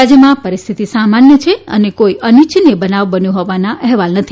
રાજયમાં પરિસ્થિતિ સામાન્ય છે અને કોઇ અનિચ્છનીય બનાવ બન્યો હોવાના અહેવાલ નથી